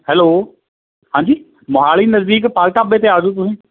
hello ਹਾਂਜੀ ਮੋਹਾਲੀ ਨਜ਼ਦੀਕ ਪਾਲ ਢਾਬੇ 'ਤੇ ਆ ਜੋ ਤੁਸੀਂ